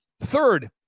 third